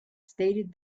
stated